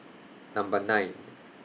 Number nine